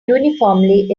uniformly